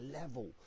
level